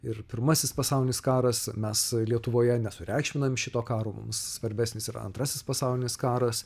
ir pirmasis pasaulinis karas mes lietuvoje nesureikšminam šito karo mums svarbesnis yra antrasis pasaulinis karas